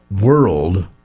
world